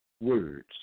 words